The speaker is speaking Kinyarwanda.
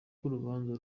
urubanza